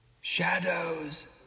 Shadows